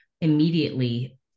immediately